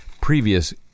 previous